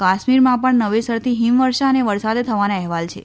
કાશ્મીરમાં પણ નવેસરથી હિમવર્ષા અને વરસાદ થવાના અહેવાલ છે